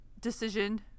decision